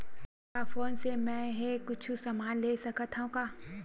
का फोन से मै हे कुछु समान ले सकत हाव का?